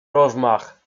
rozmach